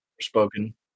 spoken